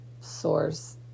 source